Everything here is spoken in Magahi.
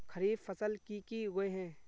खरीफ फसल की की उगैहे?